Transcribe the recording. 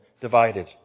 divided